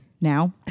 now